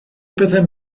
byddem